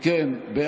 אם כן,